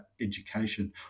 education